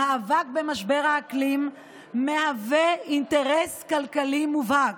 המאבק במשבר האקלים מהווה אינטרס כלכלי מובהק.